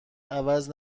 عوض